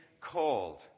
called